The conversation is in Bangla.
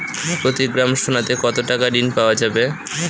প্রতি গ্রাম সোনাতে কত টাকা ঋণ পাওয়া যাবে?